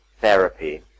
therapy